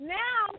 now